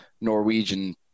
Norwegian